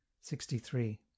Sixty-three